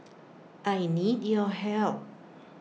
I need your help